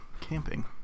Camping